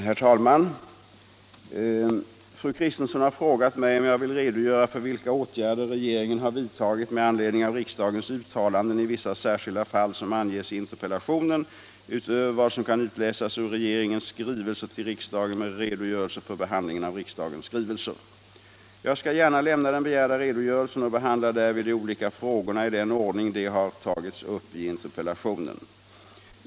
Herr talman! Fru Kristensson har frågat mig om jag vill redogöra för vilka åtgärder regeringen har vidtagit med anledning av riksdagens uttalanden i vissa särskilda fall som anges i interpellationen, utöver vad som kan utläsas ur regeringens skrivelser till riksdagen med redogörelse för behandlingen av riksdagens skrivelser. Jag skall gärna lämna den begärda redogörelsen och behandlar därvid de olika frågorna i den ordning de har tagits upp i interpellationen.